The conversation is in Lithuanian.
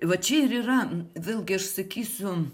va čia ir yra vėlgi aš sakysiu